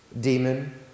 demon